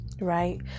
right